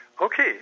Okay